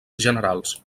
generals